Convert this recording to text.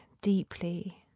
deeply